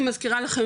אני מזכירה לכם,